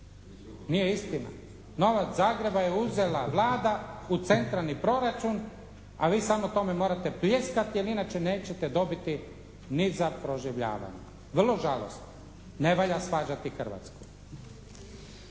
Nije istina. Novac Zagreba je uzela Vlada u centralni proračun, a vi samo tome morate pljeskati jer inače nećete dobiti ni za proživljavanje. Vrlo žalosno. Ne valja svađati Hrvatsku.